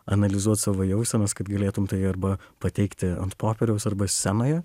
analizuot savo jausenas kad galėtum tai arba pateikti ant popieriaus arba scenoje